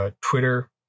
Twitter